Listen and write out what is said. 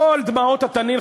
כל דמעות התנין,